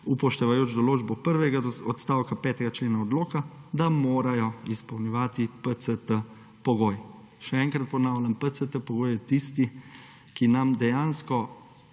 upoštevajoč določbo prvega odstavka 5. člena odloka, da morajo izpolnjevati PCT-pogoj. Še enkrat ponavljam, PCT-pogoj je tisti, ki nam dejansko